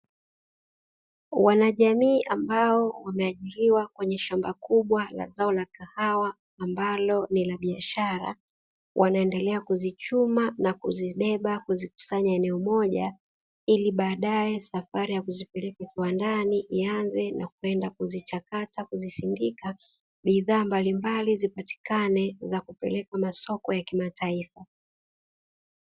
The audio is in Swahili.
Wanajamii ambao wameajiriwa kwenye shamba kubwa la zao la kahawa ambalo ni la biashara, wanaendelea kuzichuma na kuzibeba kuzikusanya eneo moja, ili baadae safari ya kuzipeleka kiwandani ianze na kwenda kuzichakata, kuzisindika; bidhaa mbalimbali zipatikane na kuzipeleka masoko ya kimataifa.